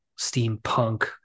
steampunk